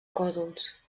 còdols